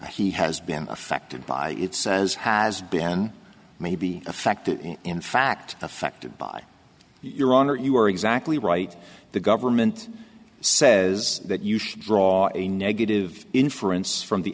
he has been affected by it says has been maybe affected in fact affected by your honor you are exactly right the government says that you should draw a negative inference from the